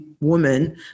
woman